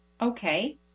Okay